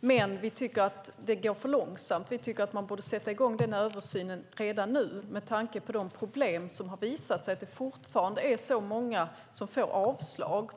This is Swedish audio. Men vi tycker att det går för långsamt. Vi tycker att man borde sätta i gång översynen redan nu med tanke på de problem som har visat sig, att det fortfarande är så många som får avslag.